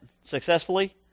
successfully